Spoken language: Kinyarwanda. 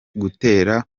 gutera